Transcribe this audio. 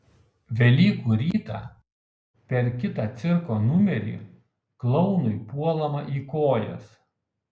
velykų rytą per kitą cirko numerį klounui puolama į kojas